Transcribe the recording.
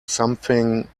something